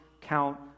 count